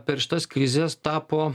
per šitas krizes tapo